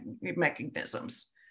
mechanisms